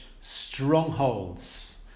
strongholds